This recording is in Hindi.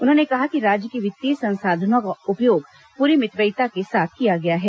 उन्होंने कहा कि राज्य के वित्तीय संसाधनों का उपयोग पूरी मितव्यता के साथ किया गया है